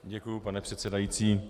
Děkuji, pane předsedající.